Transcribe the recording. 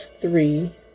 three